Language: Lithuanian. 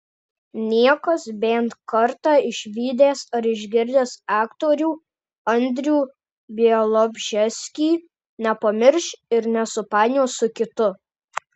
niekas bent kartą išvydęs ar išgirdęs aktorių andrių bialobžeskį nepamirš ir nesupainios su kitu